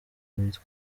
witwa